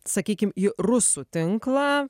sakykim į rusų tinklą